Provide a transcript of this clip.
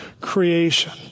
creation